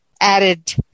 added